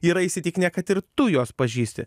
yra įsitikinę kad ir tu juos pažįsti